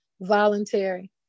voluntary